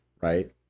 right